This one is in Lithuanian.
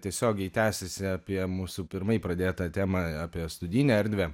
tiesiogiai tęsiasi apie mūsų pirmai pradėtą temą apie studijinę erdvę